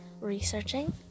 researching